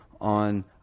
on